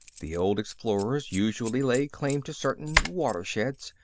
the old explorers usually laid claim to certain watersheds.